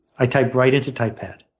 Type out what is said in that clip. i type right into typepad.